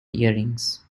earrings